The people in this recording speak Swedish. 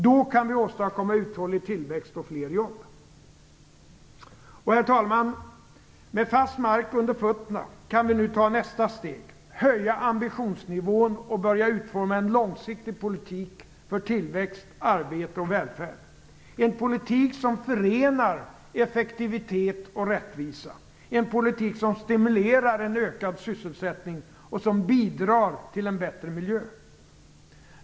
Därigenom kan vi åstadkomma uthållig tillväxt och fler jobb. Herr talman! Med fast mark under fötterna kan vi nu ta nästa steg, höja ambitionsnivån och börja utforma en långsiktig politik för tillväxt, arbete och välfärd - en politik som förenar effektivitet och rättvisa, stimulerar en ökad sysselsättning och som bidrar till en bättre miljö.